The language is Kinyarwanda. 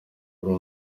uri